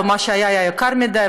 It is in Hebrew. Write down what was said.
או מה שהיה היה יקר מדי.